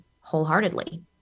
wholeheartedly